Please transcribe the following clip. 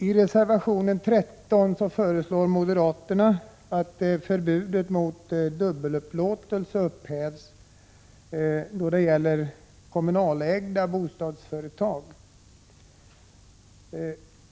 I reservation 13 föreslår moderaterna att förbudet mot dubbel upplåtelse upphävs då det gäller de kommunalägda bostadsföretagen.